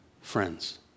Friends